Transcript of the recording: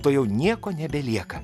tuojau nieko nebelieka